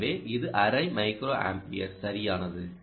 எனவே இது அரை மைக்ரோஅம்பியர் சரியானது